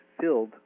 filled